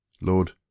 Lord